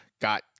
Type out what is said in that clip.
got